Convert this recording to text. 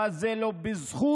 אבל זה לא בזכות